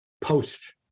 post